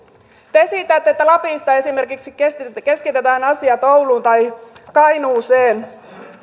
te esitätte että lapista esimerkiksi keskitetään asiat ouluun tai kainuuseen